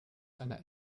einer